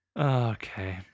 Okay